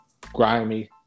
grimy